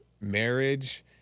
marriage